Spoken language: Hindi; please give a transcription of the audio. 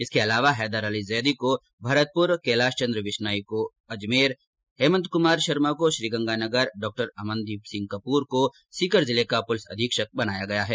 इसके अलावा हैदरअली जैदी को भरतपुर कैलाश चन्द्र विश्नोई को अजमेर हेमंत कुमार शर्मा को श्रीगंगानगर डॉक्टर अमनदीप सिंह कपूर को सीकर जिले का पुलिस अधीक्षक बनाया गया है